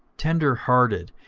tenderhearted,